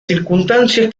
circunstancias